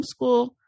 homeschool